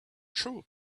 true